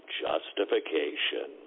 justification